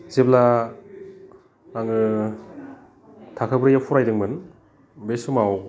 जेब्ला आङो थाखो ब्रैआव फरायदोंमोन बे समाव